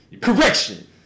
correction